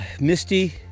misty